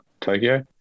Tokyo